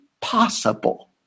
possible